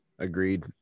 Agreed